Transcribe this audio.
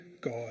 God